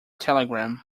telegram